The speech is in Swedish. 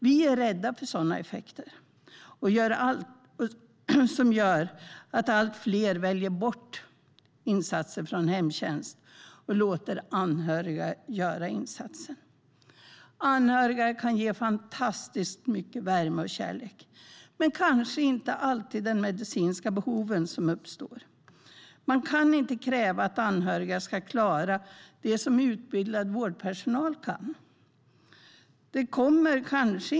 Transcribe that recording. Vi är rädda för sådana effekter som gör att allt fler väljer bort insatser från hemtjänst och låter anhöriga göra insatsen. Anhöriga kan ge fantastiskt mycket värme och kärlek, men de ser kanske inte alltid de medicinska behov som uppstår. Man kan inte kräva att anhöriga ska klara det som utbildad vårdpersonal kan göra.